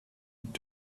und